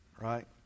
right